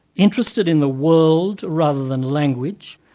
interested in the world rather than language,